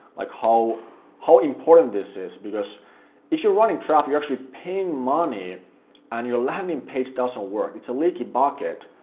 like how how important this is, because if you're running traffic, you're actually paying money and your landing page doesn't work, it's a leaky bucket,